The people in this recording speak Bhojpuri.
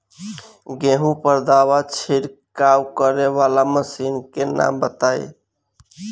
गेहूँ पर दवा छिड़काव करेवाला मशीनों के नाम बताई?